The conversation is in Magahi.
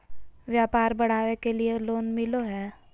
व्यापार बढ़ावे के लिए लोन मिलो है?